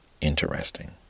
interesting